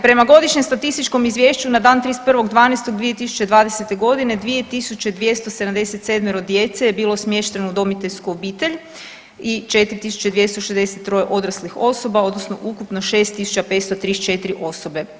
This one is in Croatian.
Prema godišnjem statističkom izvješću na dan 31.12.2020. godine 2277 djece je bilo smješteno u udomiteljsku obitelj i 4263 odraslih osoba, odnosno ukupno 6534 osobe.